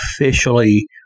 officially